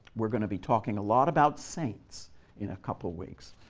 we're going to be talking a lot about saints in a couple of weeks.